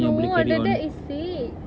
no the dad is sick